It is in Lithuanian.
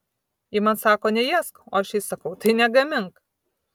ji man sako neėsk o aš jai sakau tai negamink